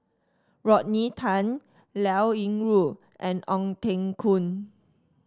Rodney Tan Liao Yingru and Ong Teng Koon